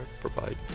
provide